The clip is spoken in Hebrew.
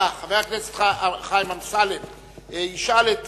חבר הכנסת חיים אמסלם ישאל את